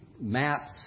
maps